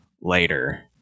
later